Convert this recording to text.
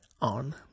on